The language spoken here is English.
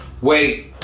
wait